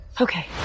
Okay